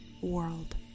world